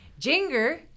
Jinger